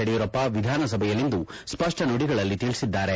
ಯಡಿಯೂರಪ್ಪ ವಿಧಾನಸಭೆಯಲ್ಲಿಂದು ಸ್ಪಷ್ಟ ನುಡಿಗಳಲ್ಲಿ ತಿಳಿಸಿದ್ದಾರೆ